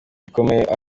ikomeye